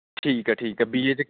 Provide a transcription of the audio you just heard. ਠੀਕ ਹੈ ਠੀਕ ਹੈ ਬੀਏ 'ਚ